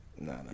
no